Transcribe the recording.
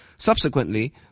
Subsequently